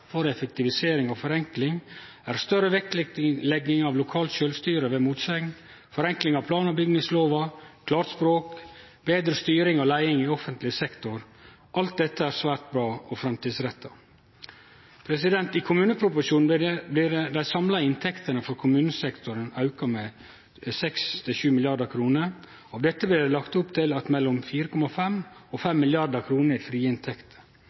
for effektivisering og forenkling, er større vektlegging av lokalt sjølvstyre ved motsegn, forenkling av plan- og bygningslova, klart språk og betre styring og leiing i offentleg sektor. Alt dette er svært bra og framtidsretta. I kommuneproposisjonen blir dei samla inntektene for kommunesektoren auka med 6–7 mrd. kr. Av dette blir det lagt opp til mellom 4,5 mrd. kr og 5 mrd. kr i frie inntekter.